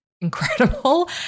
incredible